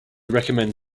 recommend